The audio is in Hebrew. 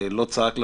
לא צעק לשמיים,